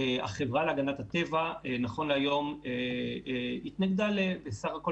החברה להגנת הטבע התנגדה עד היום בסך הכול